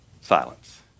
Silence